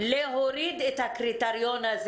להוריד את הקריטריון הזה.